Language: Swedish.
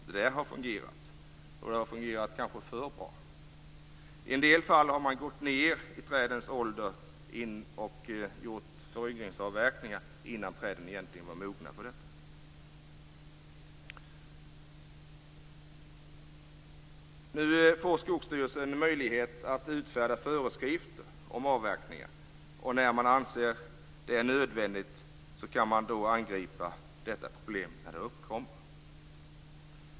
Det har fungerat kanske för bra. I en del fall har man gått för långt ned i trädens ålder och genomfört röjning och avverkning innan träden varit mogna för detta. Nu får Skogsstyrelsen en möjlighet att utfärda föreskrifter om avverkningar när man anser det nödvändigt. Därmed kan problemet angripas när det uppkommer.